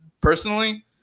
personally